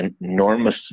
enormous